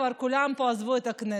כולם פה כבר עזבו את הכנסת.